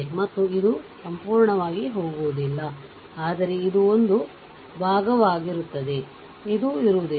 ಮತ್ತು ಇದು ಸಂಪೂರ್ಣವಾಗಿ ಹೋಗುವುದಿಲ್ಲ ಆದರೆ ಇದು ಒಂದು ಈ ಒಂದು ಈ ಭಾಗವು ಇರುತ್ತದೆ ಇದು ಇರುವುದಿಲ್ಲ